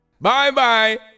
Bye-bye